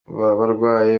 barwariye